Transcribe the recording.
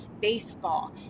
baseball